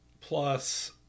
Plus